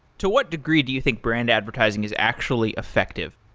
to what degree do you think brand advertising is actually effective?